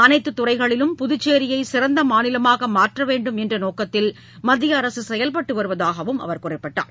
அனைத்துத் துறைகளிலும் புதுச்சேரியை சிறந்த மாநிலமாக மாற்ற வேண்டும் என்ற நோக்கத்தில் மத்திய அரசு செயல்பட்டு வருவதாகவும் அவர் கூறினார்